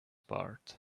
part